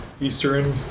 eastern